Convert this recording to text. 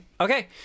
Okay